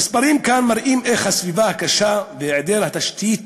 המספרים כאן מראים איך הסביבה הקשה והיעדר התשתיות